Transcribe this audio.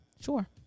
Sure